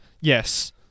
Yes